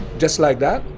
just like that